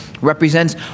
represents